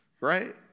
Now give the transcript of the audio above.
right